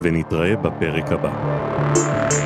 ונתראה בפרק הבא.